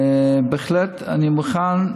אני בהחלט מוכן,